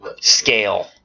scale